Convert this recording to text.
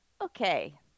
Okay